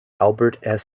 albert